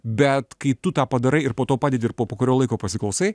bet kai tu tą padarai ir po to padedi ir po kurio laiko pasiklausai